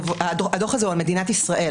הדוח הזה הוא על מדינת ישראל,